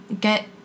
get